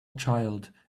child